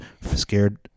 scared